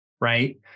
right